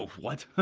what?